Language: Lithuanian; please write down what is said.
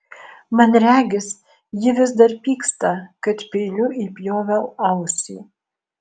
man regis ji vis dar pyksta kad peiliu įpjoviau ausį